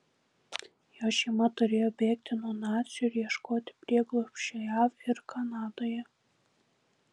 jo šeima turėjo bėgti nuo nacių ir ieškoti prieglobsčio jav ir kanadoje